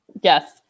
Yes